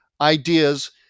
ideas